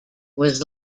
was